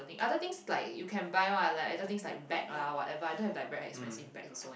other things you can buy [what] like other things like bag lah whatever lah I don't have like very expensive bag also